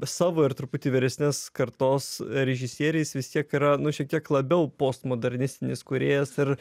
savo ir truputį vyresnės kartos režisieriais vis tiek yra nu šiek tiek labiau postmodernistinis kūrėjas ir